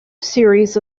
series